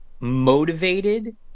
motivated